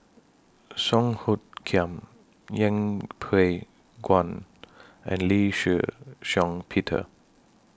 Song Hoot Kiam Yeng Pway Ngon and Lee Shih Shiong Peter